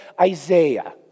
Isaiah